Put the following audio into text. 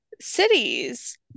cities